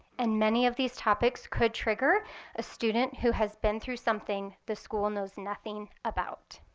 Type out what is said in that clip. and many of these topics could trigger a student who has been through something the school knows nothing about.